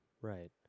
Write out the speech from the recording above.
Right